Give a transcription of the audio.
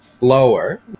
Lower